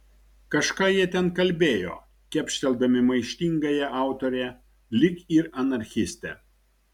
kažką jie ten kalbėjo kepšteldami maištingąją autorę lyg ir anarchistę